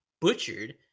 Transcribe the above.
butchered